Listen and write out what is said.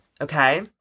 okay